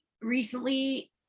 recently